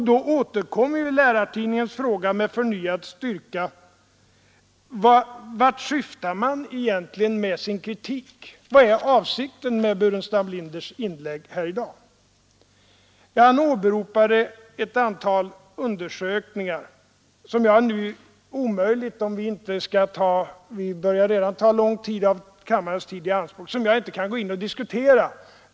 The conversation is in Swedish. Då återkommer ju Lärartidningens fråga med förnyad styrka: Vart syftar man egentligen med sin kritik? Vad är avsikten med herr Burenstam Linders inlägg här i dag? Herr Burenstam Linder åberopade ett antal undersökningar som jag nu omöjligen — vi har ju redan tagit mycket av kammarens tid i anspråk — kan diskutera.